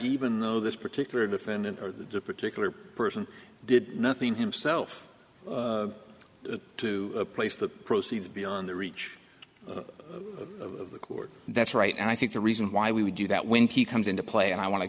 even though this particular defendant or the particular person did nothing himself to place the proceeds beyond the reach of the court that's right and i think the reason why we would do that when he comes into play and i want to